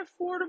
affordable